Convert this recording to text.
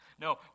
No